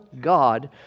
God